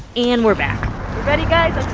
and we're back ready, guys?